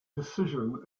decision